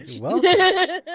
Welcome